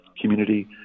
community